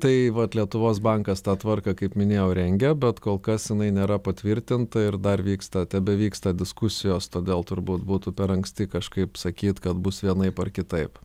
tai vat lietuvos bankas tą tvarką kaip minėjau rengia bet kol kas jinai nėra patvirtinta ir dar vyksta tebevyksta diskusijos todėl turbūt būtų per anksti kažkaip sakyt kad bus vienaip ar kitaip